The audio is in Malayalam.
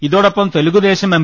ഇതോടൊപ്പം തെലുഗുദേശം എം